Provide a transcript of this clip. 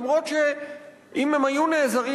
אף שאם הם היו נעזרים,